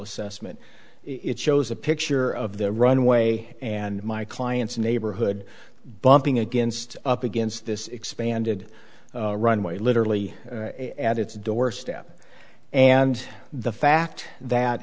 assessment it shows a picture of the runway and my client's neighborhood bumping against up against this expanded runway literally at its doorstep and the fact that